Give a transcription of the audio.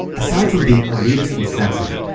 aside from being elitist and sexist,